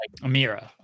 amira